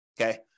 Okay